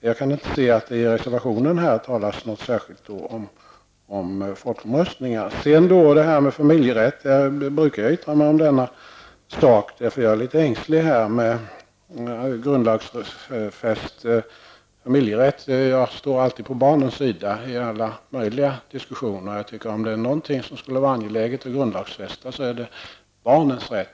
jag kan inte finna att det i reservation 2 talas särskilt om folkomröstningar. Reservation 3 tar upp frågan om familjerätt. Jag brukar yttra mig i denna fråga, eftersom jag är litet ängslig inför tanken på en grundlagsfäst familjerätt. Jag står i alla möjliga diskussioner på barnens sida. Om det är någonting som skulle vara angeläget att grundlagsfästa så är det barnens rätt.